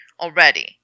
already